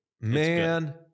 Man